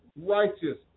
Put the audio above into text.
righteous